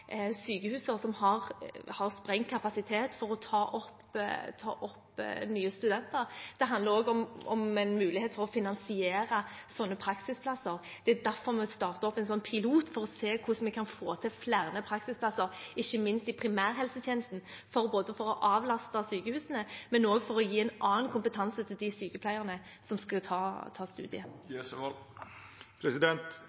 som har sprengt kapasitet for å ta opp nye studenter. Det handler også om muligheten for å finansiere sånne praksisplasser. Det er derfor vi starter opp en pilot for å se hvordan vi kan få til flere praksisplasser, ikke minst i primærhelsetjenesten, både for å avlaste sykehusene og for å gi en annen kompetanse til de sykepleierne som skal ta studiet.